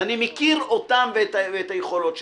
ואני מכיר אותם ואת היכולות שלהם.